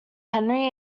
henry